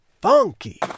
funky